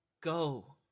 Go